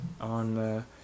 on